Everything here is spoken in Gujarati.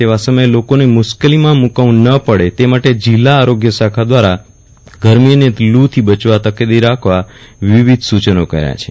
તેવા સમયે લોકોને મુશેલીમાં મુકાવું ન પાઅડે તે માટે જીલ્લા આરીગ્ય શાખા દ્વારા ગરમીથી બચવા તકેદારી રાખવા વિવિધ સૂચનો કરાયા છે